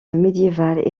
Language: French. médiéval